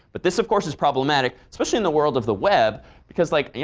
but this of course is problematic, especially in the world of the web because, like, yeah